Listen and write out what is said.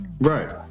Right